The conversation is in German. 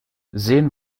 sehen